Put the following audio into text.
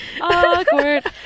awkward